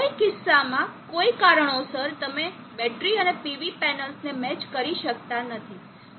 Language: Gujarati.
કોઈ કિસ્સામાં કોઈ કારણોસર તમે બેટરી અને PV પેનલ્સ ને મેચ કરી શકતા નથી